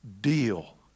deal